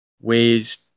ways